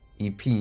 EP